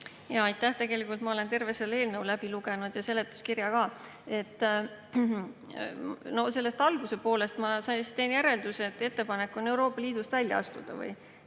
Aitäh! Tegelikult ma olen terve selle eelnõu läbi lugenud ja seletuskirja ka. Sellest alguse poolest ma teen järelduse, et teie ettepanek on Euroopa Liidust välja astuda.